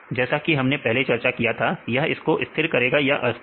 जैसा कि हमने पहले चर्चा किया था ही यह इसको स्थिर करेगा या स्थिर